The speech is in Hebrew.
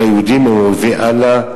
והיהודים הם אויבי אללה.